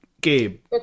Gabe